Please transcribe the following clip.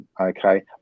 okay